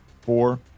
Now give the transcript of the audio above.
four